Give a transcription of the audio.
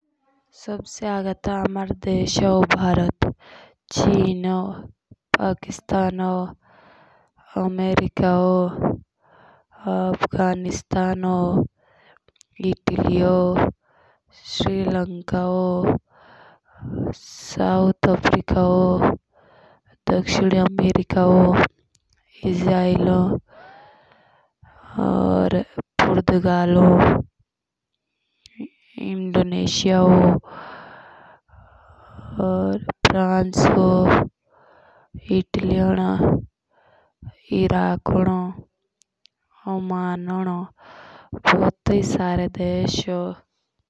सबसे उम्र तो हमारी देस आओ भारत, खराब आओ चिन, पाकिस्तान, अमेरिका, रश, दक्षिण अफ्रीका, इंडोनेशिया, इराक, ओमान, बहुत सारे सारे देस।